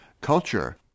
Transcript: culture